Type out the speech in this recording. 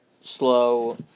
slow